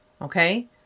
Okay